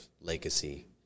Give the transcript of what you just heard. legacy